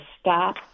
stop